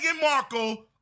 Markle